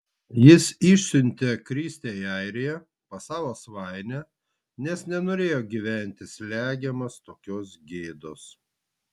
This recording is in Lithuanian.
jis išsiuntė kristę į airiją pas savo svainę nes nenorėjo gyventi slegiamas tokios gėdos